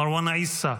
מרואן עיסא,